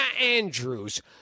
Andrews